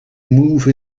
move